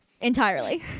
entirely